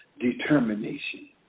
determination